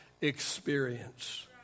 experience